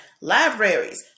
Libraries